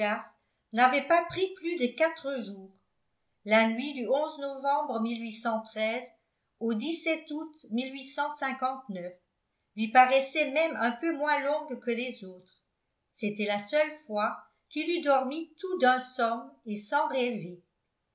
n'avait pas pris plus de quatre jours la nuit du novembre au août lui paraissait même un peu moins longue que les autres c'était la seule fois qu'il eût dormi tout d'un somme et sans rêver